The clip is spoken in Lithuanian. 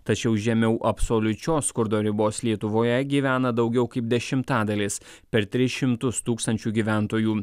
tačiau žemiau absoliučios skurdo ribos lietuvoje gyvena daugiau kaip dešimtadalis per tris šimtus tūkstančių gyventojų